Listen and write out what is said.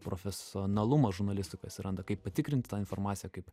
profesionalumas žurnalistų kai suranda kaip patikrint tą informaciją kaip